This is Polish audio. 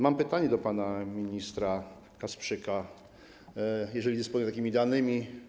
Mam pytanie do pana ministra Kasprzyka, jeżeli dysponuje takimi danymi.